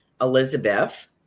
Elizabeth